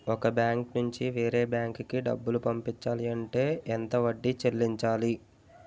ఒక బ్యాంక్ నుంచి వేరే బ్యాంక్ కి డబ్బులు పంపించాలి అంటే ఎంత వడ్డీ చెల్లించాలి?